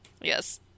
Yes